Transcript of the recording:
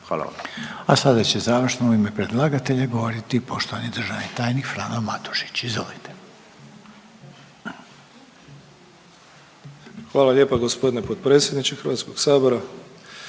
(HDZ)** A sada će završno u ime predlagatelja govoriti poštovani državni tajnik Frano Matušić, izvolite. **Matušić, Frano (HDZ)** Hvala lijepa gospodine potpredsjedniče Hrvatskog sabora,